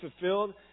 fulfilled